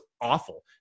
awful